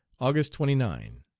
august twenty nine